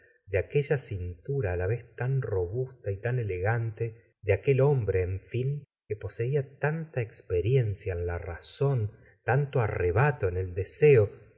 de aquella cintura á la vez tan robusta y tan elegante de aquel hombre en fin que poseía tanta experiencia en la razón tanto arrebato en el deseo